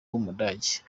w’umudage